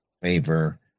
favor